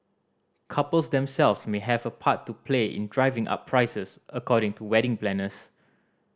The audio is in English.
couples themselves may have a part to play in driving up prices according to wedding planners